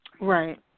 Right